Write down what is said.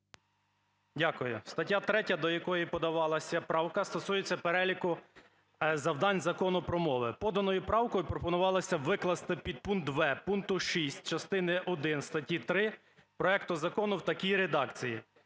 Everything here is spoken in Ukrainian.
Дякую. Стаття 3, до якої подавалася правка, стосується переліку завдань Закону про мови. Поданою правкою пропонувалося викласти підпункт в) пункту 6 частини один статті 3 проекту Закону в такій редакції: